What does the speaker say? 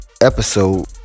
episode